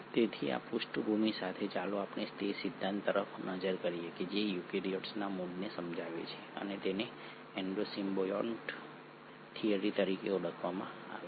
તેથી આ પૃષ્ઠભૂમિ સાથે ચાલો આપણે તે સિદ્ધાંત તરફ નજર કરીએ જે યુકેરીયોટ્સના મૂળને સમજાવે છે અને તેને એન્ડો સિમ્બાયોન્ટ થિયરી તરીકે ઓળખવામાં આવે છે